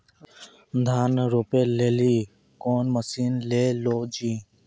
धान रोपे लिली कौन मसीन ले लो जी?